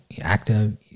active